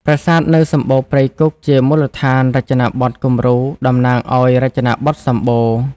ប្រាសាទនៅសម្បូណ៌ព្រៃគុហ៍ជាមូលដ្ឋានរចនាបថគំរូតំណាងឱ្យរចនាបថ សម្បូណ៌ ។